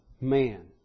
man